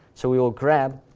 so we will grab,